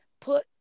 put